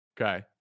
Okay